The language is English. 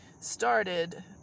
started